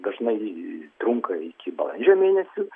dažnai trunka iki balandžio mėnesio